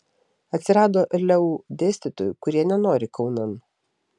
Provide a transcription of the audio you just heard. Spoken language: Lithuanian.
atsirado leu dėstytojų kurie nenori kaunan